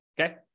okay